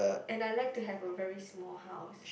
and I like to have a very small house